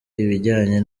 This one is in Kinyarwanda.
ibijyanye